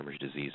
disease